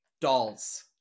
Dolls